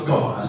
God